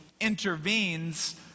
intervenes